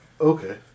Okay